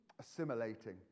Assimilating